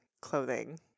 clothing